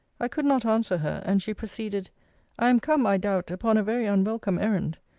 i could not answer her, and she proceeded i am come, i doubt, upon a very unwelcome errand.